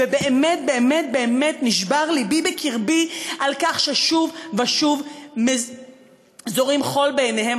ובאמת באמת באמת נשבר לבי בקרבי על כך ששוב ושוב זורים חול בעיניהם,